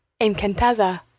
encantada